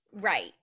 Right